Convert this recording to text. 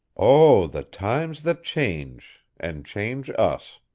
oh, the times that change, and change us!